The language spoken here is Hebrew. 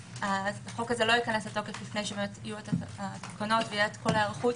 הסיפור הזה לא ייכנס לתוקף לפני שיהיו התקנות וכל ההיערכות,